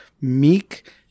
meek